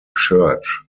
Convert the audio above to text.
church